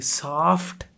soft